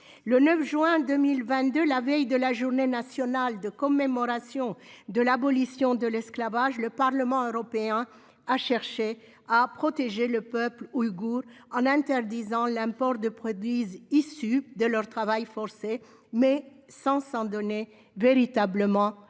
Le 9 juin 2022, la veille de la Journée nationale de commémoration de l'abolition de l'esclavage, le Parlement européen a cherché à protéger le peuple ouïghour en interdisant l'import de produits issus de leur travail forcé, mais sans s'en donner véritablement les